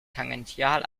tangential